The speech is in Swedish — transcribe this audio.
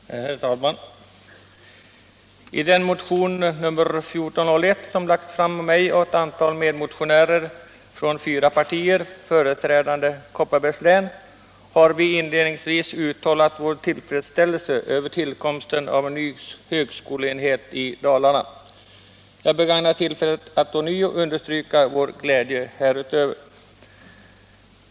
Herr talman! I den motion, nr 1401, som väckts av mig och ett antal medmotionärer från fyra partier företrädande Kopparbergs län, har vi inledningsvis uttalat vår tillfredsställelse över tillkomsten av en ny högskoleenhet i Dalarna. Jag begagnar tillfället att ånyo understryka vår glädje häröver.